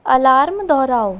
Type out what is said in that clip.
alarm दोहराओ